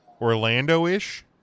Orlando-ish